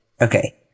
Okay